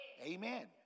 Amen